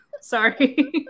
Sorry